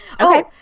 Okay